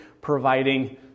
providing